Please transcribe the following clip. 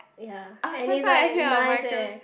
ya and is like nice leh